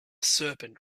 serpent